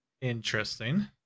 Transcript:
Interesting